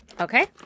Okay